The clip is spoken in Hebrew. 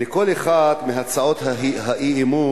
לכל אחת מהצעות האי-אמון,